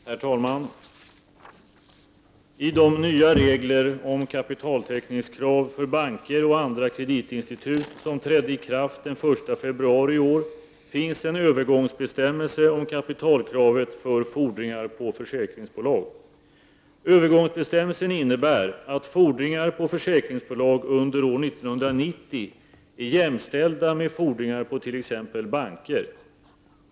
Herr talman! I de nya regler om kapitaltäckningskrav för banker och andra kreditinstitut som trädde i kraft den 1 februari i år finns en övergångsbestämmelse om kapitalkravet för fordringar på försäkringsbolag. Övergångsbestämmelsen innebär att fordringar på försäkringsbolag under år 1990 är jämställda med fordringar på t.ex. banker.